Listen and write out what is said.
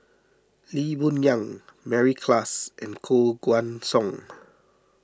Lee Boon Yang Mary Klass and Koh Guan Song